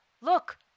Look